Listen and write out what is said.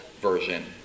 version